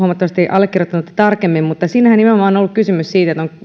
allekirjoittanutta tarkemmin että siinähän nimenomaan on ollut kysymys siitä että on